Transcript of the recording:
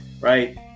Right